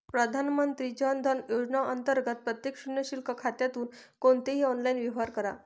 प्रधानमंत्री जन धन योजना अंतर्गत प्रत्येक शून्य शिल्लक खात्यातून कोणतेही ऑनलाइन व्यवहार करा